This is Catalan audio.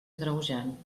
agreujant